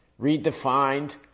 redefined